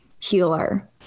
healer